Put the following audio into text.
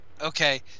Okay